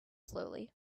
slowly